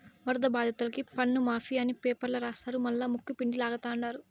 వరద బాధితులకి పన్నుమాఫీ అని పేపర్ల రాస్తారు మల్లా ముక్కుపిండి లాగతండారు